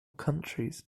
countries